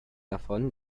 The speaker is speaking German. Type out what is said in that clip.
davon